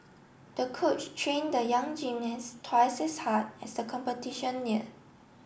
the coach train the young gymnast twice as hard as the competition neared